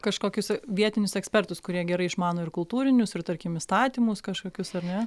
kažkokius vietinius ekspertus kurie gerai išmano ir kultūrinius ir tarkim įstatymus kažkokius ar ne